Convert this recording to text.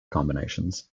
combinations